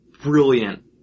brilliant